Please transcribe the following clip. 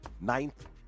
Ninth